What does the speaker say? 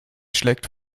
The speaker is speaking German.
schlägt